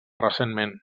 recentment